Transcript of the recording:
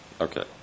Okay